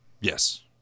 Yes